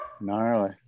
Gnarly